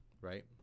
right